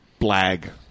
blag